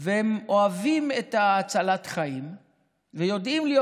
והם אוהבים את הצלת החיים ויודעים להיות